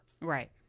Right